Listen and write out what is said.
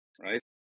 right